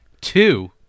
Two